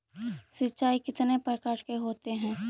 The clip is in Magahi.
सिंचाई कितने प्रकार के होते हैं?